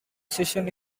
season